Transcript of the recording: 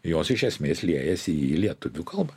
jos iš esmės liejasi į lietuvių kalbą